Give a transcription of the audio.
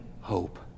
hope